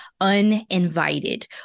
uninvited